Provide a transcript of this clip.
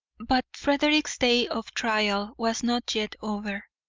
but frederick's day of trial was not yet over.